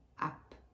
up